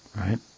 right